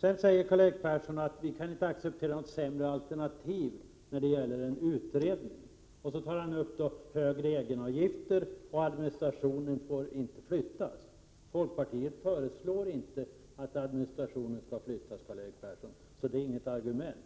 Karl-Erik Persson sade vidare att vpk inte kan acceptera något sämre alternativ när det gäller en utredning, och så tog han upp frågan om högre egenavgifter och kravet att administrationen inte får flyttas. Folkpartiet föreslår inte att administrationen skall flyttas, Karl-Erik Persson — det är alltså inget argument.